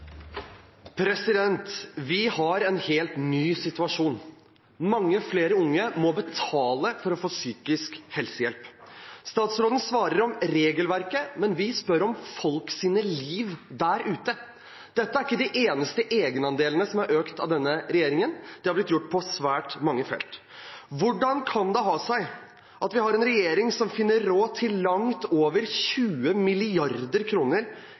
Vi har en helt ny situasjon. Mange flere unge må betale for å få psykisk helsehjelp. Statsråden viser til regelverket, men vi spør om folks liv der ute. Dette er ikke de eneste egenandelene som er økt av denne regjeringen. Det har blitt gjort på svært mange felt. Hvordan kan det ha seg at vi har en regjering som finner råd til langt over 20